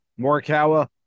Morikawa